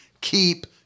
keep